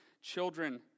children